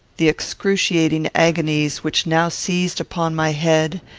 the excruciating agonies which now seized upon my head,